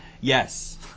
Yes